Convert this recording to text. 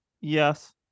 Yes